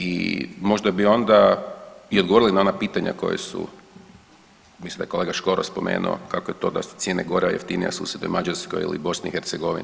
I možda bi onda i odgovorili na ona pitanja koja su, mislim da je kolega Škoro spomenuo, kako je to da su cijene goriva jeftinija u susjednoj Mađarskoj ili BIH.